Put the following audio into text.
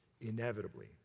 inevitably